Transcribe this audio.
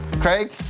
Craig